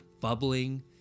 bubbling